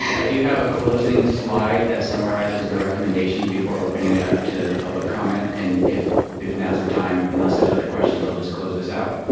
i do have a closing slide that summarizes the recommendations before opening it up to the public comment. and if if now's the time, unless there's other questions, i'll just close this out.